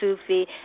Sufi